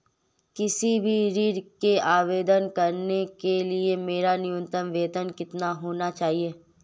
किसी भी ऋण के आवेदन करने के लिए मेरा न्यूनतम वेतन कितना होना चाहिए?